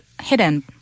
hidden